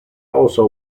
also